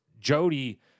Jody